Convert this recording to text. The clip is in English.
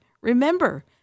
remember